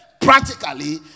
practically